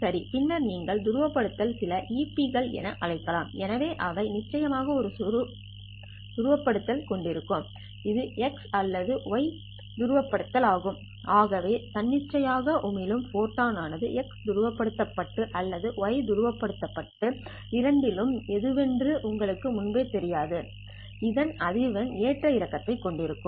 சரி பின்னர் நீங்கள் துருவப்படுத்தல் சில EP கள் என அழைக்கலாம் எனவே அவை நிச்சயமாக ஒரு சீரற்ற துருவப்படுத்தல் கொண்டிருக்கின்றன இது x அல்லது y துருவப்படுத்தல் ஆகும் ஆகவே தன்னிச்சையாக உமிழும் ஃபோட்டான் ஆனது X துருவப்படுத்தப்பட்டது அல்லது y துருவப்படுத்தப்பட்டது இரண்டில் எதுவென்று உங்களுக்கு முன்பே தெரியாது இதன் அதிர்வெண் ஏற்ற இறக்கத்தைக் கொண்டிருக்கும்